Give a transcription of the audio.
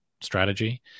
strategy